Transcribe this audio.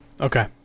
Okay